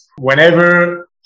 Whenever